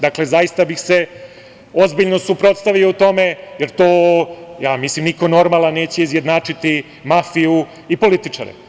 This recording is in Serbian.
Dakle, zaista bih se ozbiljno suprotstavio tome, jer to niko normalan neće izjednačiti, mafiju i političare.